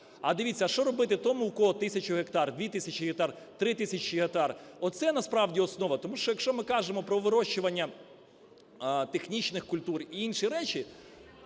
А дивіться, що робити тому, у кого тисячу гектар, дві тисячі гектар, три тисячі гектар? Оце, насправді основа, тому що, якщо ми кажемо про вирощування технічних культур і інші речі,